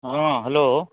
हँ हेलो